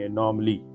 normally